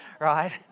right